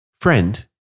Friend